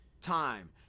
time